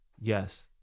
Yes